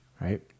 Right